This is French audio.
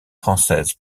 françaises